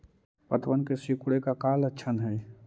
पत्तबन के सिकुड़े के का लक्षण हई?